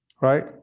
right